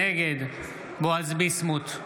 נגד בועז ביסמוט,